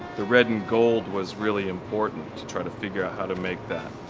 the red and gold was really important to try to figure out how to make that.